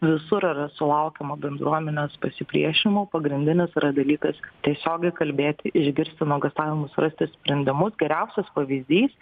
visur yra sulaukiama bendruomenės pasipriešinimo pagrindinis yra dalykas tiesiogiai kalbėti išgirsti nuogąstavimus rasti sprendimus geriausias pavyzdys